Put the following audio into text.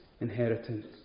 inheritance